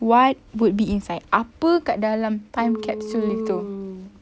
what would be inside apa kat dalam time capsule itu